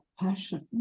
passion